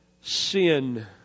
sin